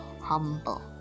humble